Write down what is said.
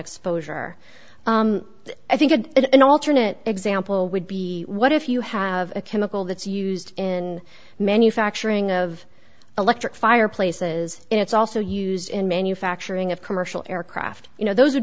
exposure i think an alternate example would be what if you have a chemical that's used in manufacturing of electric fireplaces and it's also used in manufacturing of commercial aircraft you know those